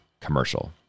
commercial